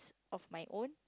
of my own